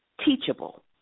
Teachable